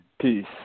Peace